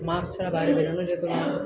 mask ছাড়া বাইরে বেরোনো যেত না